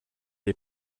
est